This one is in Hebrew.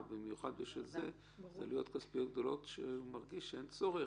במיוחד בשביל זה והוא מרגיש שאין צורך.